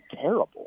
terrible